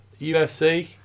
UFC